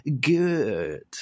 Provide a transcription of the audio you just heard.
good